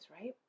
right